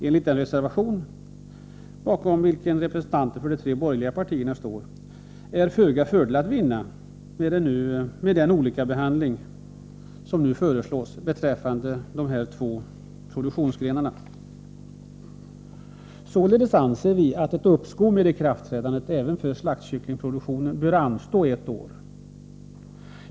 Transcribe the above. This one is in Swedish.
Enligt den reservation bakom vilken representanter för de tre borgerliga partierna står är föga fördel att vinna med den olikabehandling som nu föreslås beträffande dessa två produktionsgrenar. Således anser vi att ikraftträdandet även för slaktkycklingsproduktionen bör anstå ett år.